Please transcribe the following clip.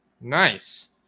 Nice